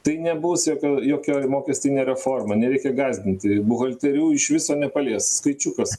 tai nebus jokia jokia mokestinė reforma nereikia gąsdinti buhalterių iš viso nepalies skaičiukas